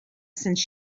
since